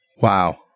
Wow